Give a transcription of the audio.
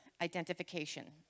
identification